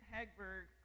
Hagberg